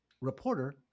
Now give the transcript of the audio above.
reporter